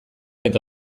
eta